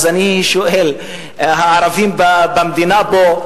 אז אני שואל: הערבים במדינה פה,